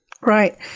Right